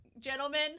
Gentlemen